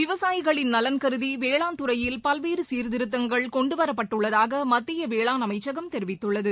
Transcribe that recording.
விவசாயிகளின் நலன் கருதிவேளாண்துறையில் பல்வேறுசீர்திருத்தங்கள் கொண்டுவரப்பட்டுள்ளதாகமத்தியவேளாண் அமைச்சகம் தெரிவித்துள்ளது